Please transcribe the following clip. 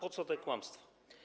Po co te kłamstwa?